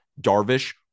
Darvish